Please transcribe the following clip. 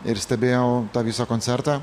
ir stebėjau tą visą koncertą